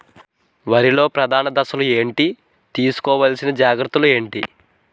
వరిలో ప్రధాన దశలు ఏంటి? తీసుకోవాల్సిన జాగ్రత్తలు ఏంటి?